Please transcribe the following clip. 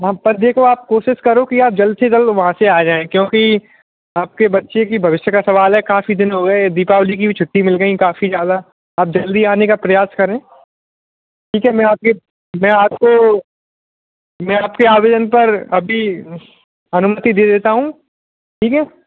हाँ पर देखो आप कोशिश करो कि आप जल्द से जल्द वहाँ से आ जाएँ क्योंकि आपके बच्चे की भविष्य का सवाल है काफी दिन हो गए दीपावली की भी छुट्टी मिल गई काफी ज़्यादा अब जल्दी आने का प्रयास करें ठीक है मैं आपके मैं आपको मैं आपके आवेदन पर अभी अनुमति दे देता हूँ ठीक है